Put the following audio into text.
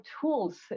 tools